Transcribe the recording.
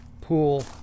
pool